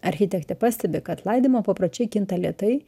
architektė pastebi kad laidojimo papročiai kinta lėtai